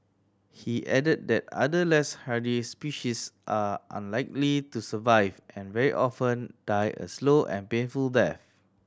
he added that other less hardy species are unlikely to survive and very often die a slow and painful death